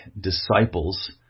Disciples